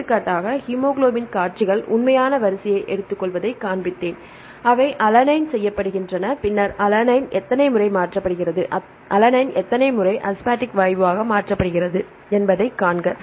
எடுத்துக்காட்டாக ஹீமோகுளோபின் காட்சிகள் உண்மையான வரிசையை எடுத்துக்கொள்வதைக் காண்பித்தேன் அவை அலைன் செய்யபடுகின்றன பின்னர் அலனைன் எத்தனை முறை மாற்றப்படுகிறது அலனைன் எத்தனை முறை அஸ்பாடிக் வாயுவாக மாற்றப்படுகிறது என்பதைக் காண்க